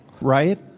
right